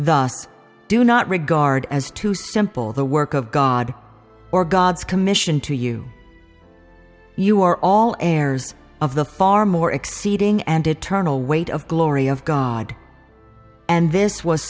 thus do not regard as too simple the work of god or gods commission to you you are all heirs of the far more exceeding and eternal weight of glory of god and this was